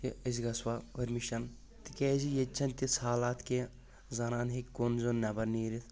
ہے أسۍ گژھوا پٔرمِشن تِکیٛازِ ییٚتہِ چھنہٕ تِژھ حالات کیٚنٛہہ زنانہٕ ہیٚکہِ کُن زوٚن نٮ۪بر نیٖرِتھ